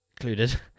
included